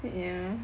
yeah